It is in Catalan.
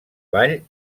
ball